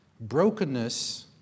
brokenness